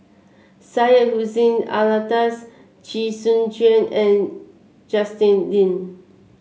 Syed Hussein Alatas Chee Soon Juan and Justin Lean